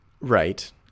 right